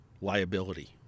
liability